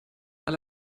alle